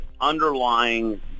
underlying